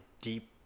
deep